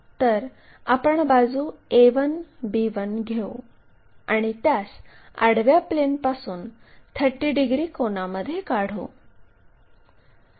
तर आपण बाजू a1 b1 घेऊ आणि त्यास आडव्या प्लेनपासून 30 डिग्री कोनामध्ये काढू